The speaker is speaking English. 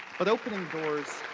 but opening doorso